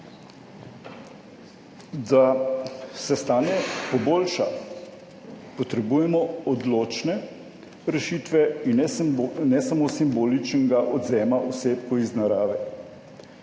Da se stanje poboljša potrebujemo odločne rešitve in ne samo simboličnega odvzema osebkov iz narave.